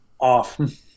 off